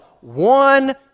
one